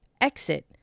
exit